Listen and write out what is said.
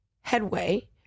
headway